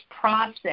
process